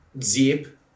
zip